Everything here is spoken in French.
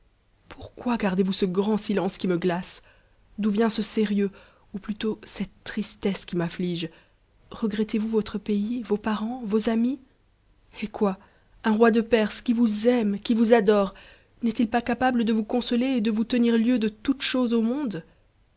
pourquoi gardez-vous ce grand silence qui me glace d'où vient ce sérieux ou plutôt cette tristesse qui m'afsige regrettez-vous votre pays vos parents vos amis hé quoi un roi de perse qui vous itue qui vous adore n'est-il pas capable de vous consoler et de vous tenir lieu de toute chose au monde